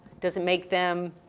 does it make them,